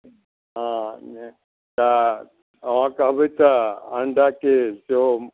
हँ तऽ अहॉँ कहबै तऽ अण्डाके सेहो